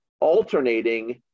alternating